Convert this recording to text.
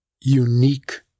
unique